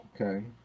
Okay